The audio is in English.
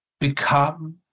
become